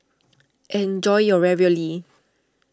enjoy your Ravioli